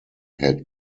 had